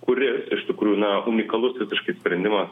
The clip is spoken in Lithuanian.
kuris iš tikrųjų na unikalus visiškai sprendimas